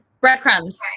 breadcrumbs